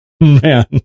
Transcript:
man